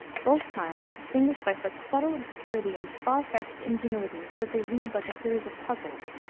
both kinds distinguished by such subtle obscurity, and far-fetched ingenuities, that they read like a series of puzzles.